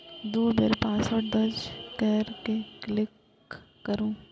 दू बेर पासवर्ड दर्ज कैर के क्लिक करू